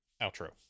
Outro